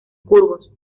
curvos